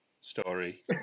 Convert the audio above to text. story